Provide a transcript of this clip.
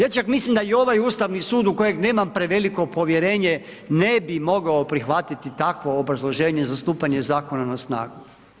Ja čak mislim da i ovaj Ustavni sud, u kojeg nemam preveliko povjerenje, ne bi mogao prihvatiti takvo obrazloženje za stupanje zakona na snagu.